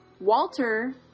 Walter